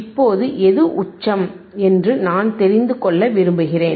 இப்போது எது உச்சம் என்று நான் தெரிந்து கொள்ள விரும்புகிறேன்